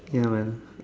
ya man